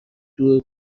دور